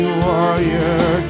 warrior